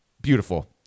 Beautiful